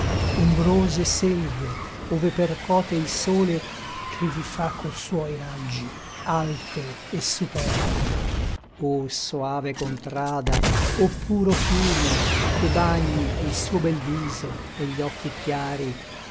ombrose selve ove percote il sole che vi fa co suoi raggi alte et superbe o soave contrada o puro fiume che bagni il suo bel viso et gli occhi chiari